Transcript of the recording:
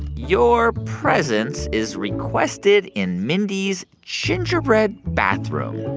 your presence is requested in mindy's gingerbread bathroom.